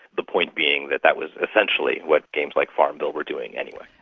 the point being that that was essentially what games like farmville were doing anyway.